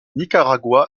nicaragua